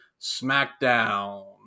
SmackDown